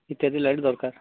ଇତ୍ୟାଦି ଲାଇଟ୍ ଦରକାର